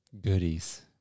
Goodies